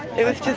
it was just,